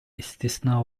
istisna